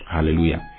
Hallelujah